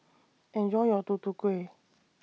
Enjoy your Tutu Kueh